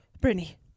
Brittany